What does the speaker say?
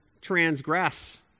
transgress